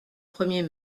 premier